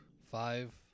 five